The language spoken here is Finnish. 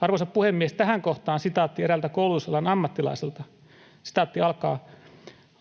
Arvoisa puhemies! Tähän kohtaan sitaatti eräältä koulutusalan ammattilaiselta: